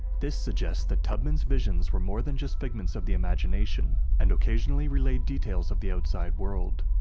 this suggests that tubman's visions were more than just figments of the imagination, and occasionally relaid details of the outside world.